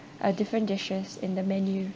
uh different dishes in the menu